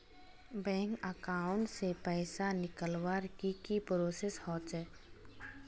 Bank account से पैसा निकालवर की की प्रोसेस होचे?